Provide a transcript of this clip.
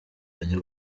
bajya